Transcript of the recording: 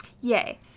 Yay